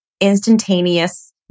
instantaneous